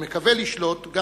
או מקווה לשלוט,